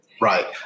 Right